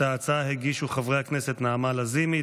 את ההצעה הגישו חברי הכנסת נעמה לזימי,